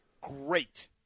great